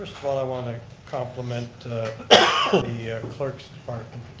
of all, i want to compliment the clerk's department,